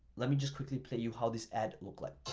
let me just quickly play you how this ad look like.